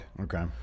Okay